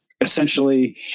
essentially